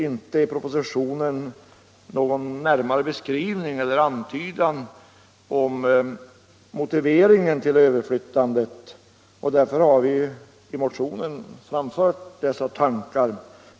I propositionen ges ingen närmare motivering till ett överförande. Därför har vi i motionen framfört denna tanke.